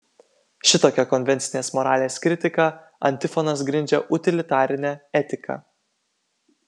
šitokia konvencinės moralės kritika antifonas grindžia utilitarinę etiką